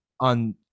on